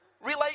relate